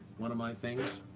one of my things.